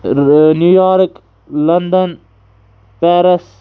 new York London Paris